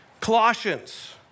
Colossians